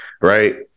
right